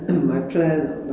um